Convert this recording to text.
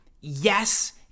yes